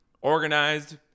organized